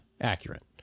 accurate